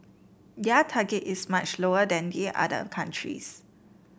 their target is much lower than the other countries